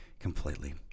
completely